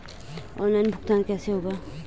Online भुगतान कैसे होगा?